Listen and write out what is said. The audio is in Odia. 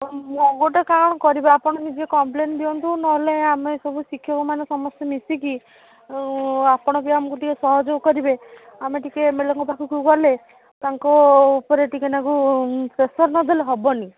ମୁଁ ଗୋଟିଏ କାମ କରିବା ଆପଣ ନିଜେ କମ୍ପ୍ଲେନ୍ ଦିଅନ୍ତୁ ନହେଲେ ଆମେ ସବୁ ଶିକ୍ଷକ ମାନେ ସମସ୍ତେ ମିଶିକି ଆଉ ଆପଣ ବି ଆମକୁ ଟିକିଏ ସହଯୋଗ କରିବେ ଆମେ ଟିକିଏ ଏମଏଲଏଙ୍କ ପାଖକୁ ଗଲେ ତାଙ୍କ ଉପରେ ଟିକିଏ ତାଙ୍କୁ ପ୍ରେସର୍ ନ ଦେଲେ ହବନି